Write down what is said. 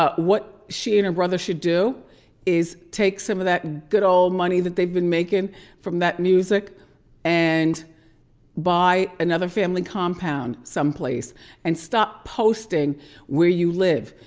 ah what she and her brother should do is take some of that good old money that they've been making from that music and buy another family compound some place and stop posting where you live.